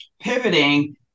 pivoting